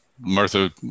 Martha